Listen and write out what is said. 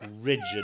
rigid